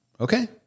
Okay